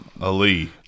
Ali